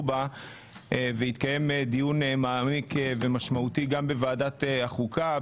בה והתקיים דיון משמעותי ומעמיק גם בוועדת החוקה.